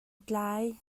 tlai